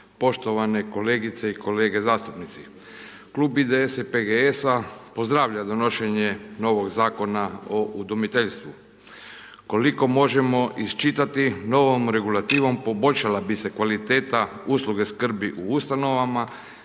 poštovane kolegice i kolege zastupnici. Klub IDS-a i PGS-a, pozdravlja donošenje novog Zakona o udomiteljstvu. Koliko možemo isčitati novom regulativom poboljšala bi se kvaliteta usluge skrbi u ustanovama,